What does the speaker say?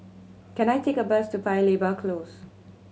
can I take a bus to Paya Lebar Close